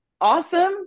awesome